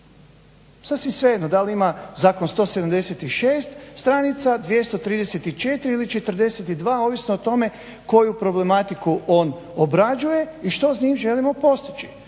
Sasvim svejedno da li ima zakon 176 stranica, 234 ili 42 ovisno o tome koju problematiku on obrađuje i što s njim želimo postići.